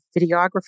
videographer